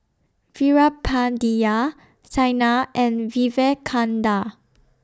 Veerapandiya Saina and Vivekananda